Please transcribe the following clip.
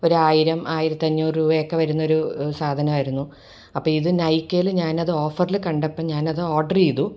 ഒരു ആയിരം ആയിരത്തിഞ്ഞൂറു രൂപയൊക്കെ വരുന്ന ഒരു സാധനം ആയിരുന്നു അപ്പോൾ ഇത് നൈക്കയിൽ ഞാനത് ഓഫറിൽ കണ്ടപ്പോൾ ഞാനത് ഓർഡർ ചെയ്തു